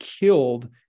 killed